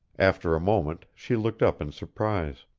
after a moment she looked up in surprise.